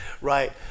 right